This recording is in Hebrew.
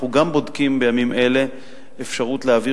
אנחנו גם בודקים בימים אלה אפשרות להעביר